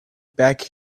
back